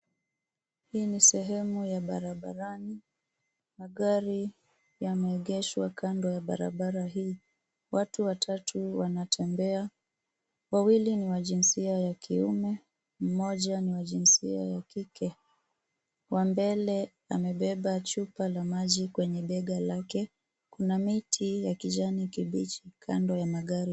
Hii ni sehemu ya barabarani. Magari yameegeshwa kando ya barabara hii. Watu watatu wanatembea wawili ni wa jinsia ya kiume mmoja ni wa jinsia ya kike. Wa mbele amebeba chupa la maji kwenye bega lake. Kuna miti ya kijani kibichi kando ya magari.